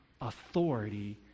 authority